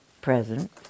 present